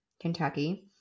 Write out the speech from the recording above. Kentucky